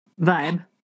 Vibe